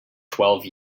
twelve